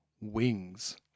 wings